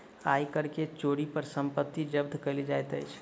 आय कर के चोरी पर संपत्ति जब्त कएल जाइत अछि